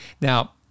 Now